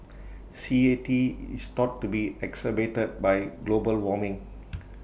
C A T is thought to be exacerbated by global warming